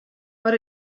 but